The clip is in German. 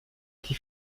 die